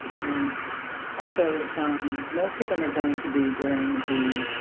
and also most of them are going to be during the